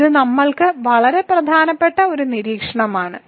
ഇത് നമ്മൾക്ക് വളരെ പ്രധാനപ്പെട്ട ഒരു നിരീക്ഷണമാണ്